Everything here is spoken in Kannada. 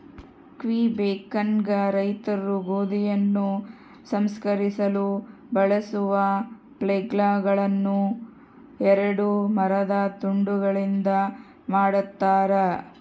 ಕ್ವಿಬೆಕ್ನಾಗ ರೈತರು ಗೋಧಿಯನ್ನು ಸಂಸ್ಕರಿಸಲು ಬಳಸುವ ಫ್ಲೇಲ್ಗಳುನ್ನ ಎರಡು ಮರದ ತುಂಡುಗಳಿಂದ ಮಾಡತಾರ